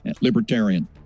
libertarian